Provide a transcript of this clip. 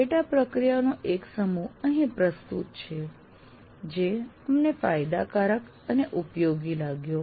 પેટા પ્રક્રિયાઓનો એક સમૂહ અહીં પ્રસ્તુત છે જે અમને ફાયદાકારક અને ઉપયોગી લાગ્યો